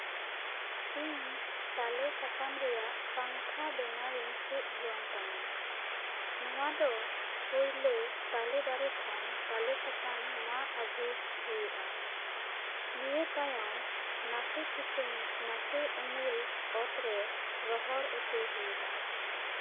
ᱤᱧ ᱛᱟᱞᱮ ᱥᱟᱠᱟᱢ ᱨᱮᱭᱟᱜ ᱯᱟᱝᱠᱷᱟ ᱵᱮᱱᱟᱣᱤᱧ ᱪᱮᱫ ᱡᱚᱝ ᱠᱟᱱᱟ ᱱᱚᱣᱟ ᱫᱚ ᱯᱳᱭᱞᱳ ᱛᱟᱞᱮ ᱫᱟᱨᱮ ᱠᱷᱚᱱ ᱛᱟᱞᱮ ᱥᱟᱠᱟᱢ ᱢᱟᱜᱽ ᱟᱹᱜᱩᱭ ᱦᱩᱭᱩᱜᱼᱟ ᱱᱤᱭᱟᱹ ᱛᱟᱭᱚᱢ ᱱᱟᱥᱮ ᱥᱤᱛᱩᱝ ᱱᱟᱥᱮ ᱩᱢᱩᱞ ᱚᱛᱨᱮ ᱨᱚᱦᱚᱲ ᱦᱚᱪᱚᱭ ᱦᱩᱭᱩᱜᱼᱟ